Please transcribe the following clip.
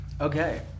Okay